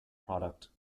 product